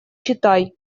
читай